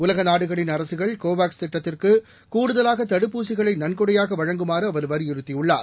உலக நாடுகளின் அரககள் கோவாக்ஸ் திட்டத்திற்கு கூடுதலாக தடுப்பூசிகளை நன்கொடையாக வழங்குமாறு அவர் வலியுறுத்தியுள்ளார்